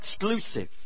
exclusive